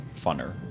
funner